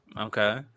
Okay